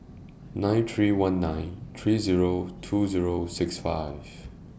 nine three one nine three Zero two Zero six five